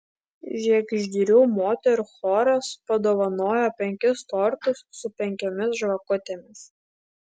žiegždrių moterų choras padovanojo penkis tortus su penkiomis žvakutėmis